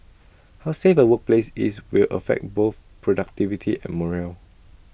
how safe A workplace is will affect both productivity and morale